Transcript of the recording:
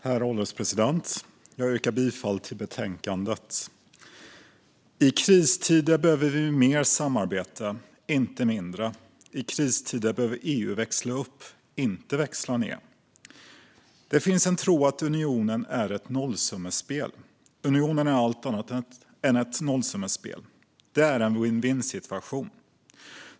Herr ålderspresident! Jag yrkar bifall till utskottets förslag. I kristider behöver vi mer samarbete, inte mindre. I kristider behöver EU växla upp, inte växla ned. Det finns en tro att unionen är ett nollsummespel. Unionen är allt annat än ett nollsummespel. Den är en vinn-vinn-situation.